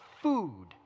food